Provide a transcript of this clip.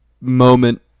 moment